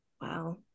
Wow